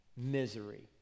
Misery